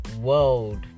world